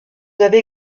doivent